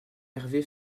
hervé